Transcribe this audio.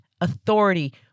authority